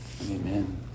amen